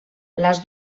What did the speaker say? les